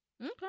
Okay